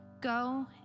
Go